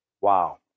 Wow